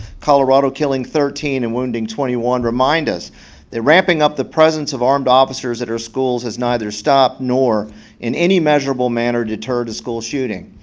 colorado, killing thirteen and wounding twenty one remind us that ramping up the presence of armed officers that are schools has neither stopped, nor in any measurable manners deterred a school shooting.